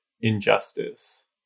injustice